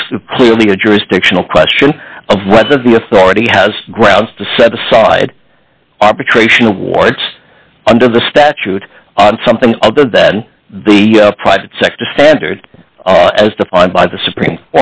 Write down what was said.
is clearly a jurisdictional question of whether the authority has grounds to set aside arbitration awards under the statute on something other than the private sector standard as defined by the supreme